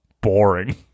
boring